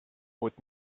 would